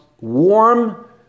Warm